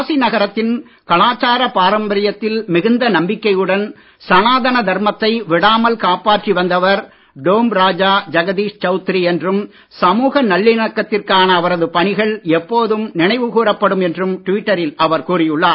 காசி நகரத்தின் கலாச்சாரப் பாரம்பரியத்தில் மிகுந்த நம்பிக்கையுடன் சனாதன தர்மத்தை விடாமல் காப்பாற்றி வந்தவர் டோம் ராஜா ஜகதீஷ் சவுத்ரி என்றும் சமூக நல்லிணக்கத்திற்கான அவரது பணிகள் எப்போதும் நினைவு கூரப்படும் என்றும் ட்விட்டரில் அவர் கூறியுள்ளார்